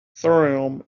thummim